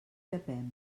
llepem